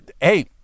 hey